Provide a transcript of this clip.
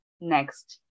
next